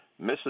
Mrs